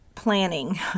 planning